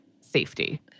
safety